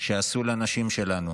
שעשו לנשים שלנו